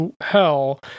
Hell